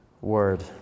word